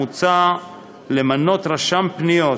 מוצע למנות רשם פניות,